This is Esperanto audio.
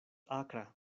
akra